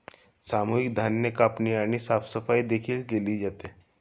सामूहिक धान्य कापणी आणि साफसफाई देखील केली जाते